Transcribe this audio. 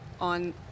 on